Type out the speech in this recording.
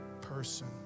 person